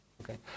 Okay